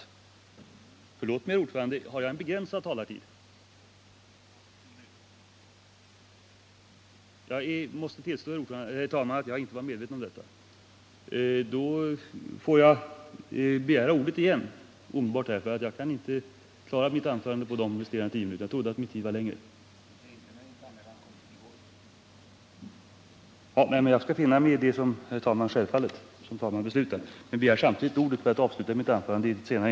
Eftersom min taletid är begränsad till tio minuter — vilket jag inte kände till — får jag, herr talman, återkomma senare.